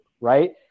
right